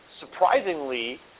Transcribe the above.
surprisingly